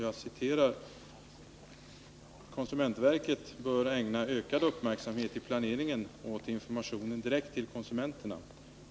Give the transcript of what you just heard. Jag citerar: ”KOV” — konsumentverket — ”bör ägna ökad uppmärksamhet i planeringen åt informationen direkt till konsumenterna.